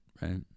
right